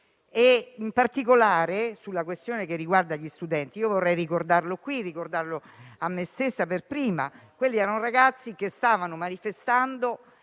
In particolare sulla questione che riguarda gli studenti, io vorrei ricordare qui, a me stessa per prima, che quelli erano ragazzi che stavano manifestando